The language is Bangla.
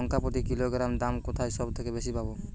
লঙ্কা প্রতি কিলোগ্রামে দাম কোথায় সব থেকে বেশি পাব?